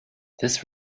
this